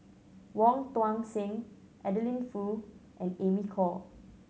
Wong Tuang Seng Adeline Foo and Amy Khor